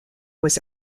was